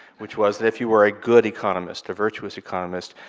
which was that if you were a good economist, a virtuous economist,